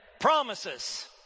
promises